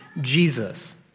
Jesus